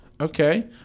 Okay